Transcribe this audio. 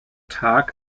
tag